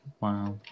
Wow